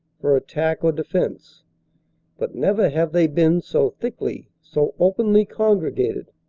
for attack or defense but never have they been so thickly, so openly congregated.